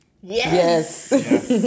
Yes